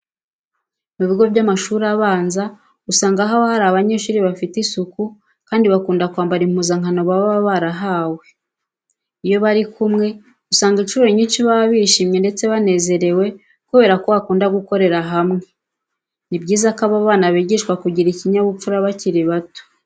Mu bigo by'amashuri abanza usanga haba hari abanyeshuri bafite isuku kandi bakunda kwambara impuzankano baba barahawe. Iyo bari kumwe usanga incuro nyinshi baba bishimye ndetse banezerewe kubera ko bakunda gukorera hamwe. Ni byiza ko aba bana bigishwa kugira ikinyabupfura bakiri bato.